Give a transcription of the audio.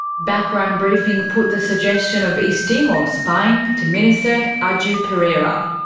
background briefing put the suggestion of east timor spying to minister ah agio pereira.